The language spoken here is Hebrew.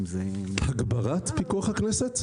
הגברת פיקוח הכנסת?